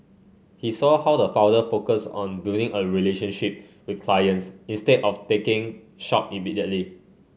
he saw how the founder focus on building a relationship with clients instead of taking shop immediately